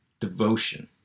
devotion